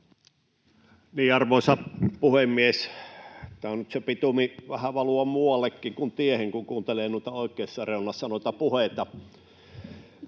Arvoisa puhemies! On tainnut se bitumi valua vähän muuallekin kuin tiehen, kun kuuntelee noita puheita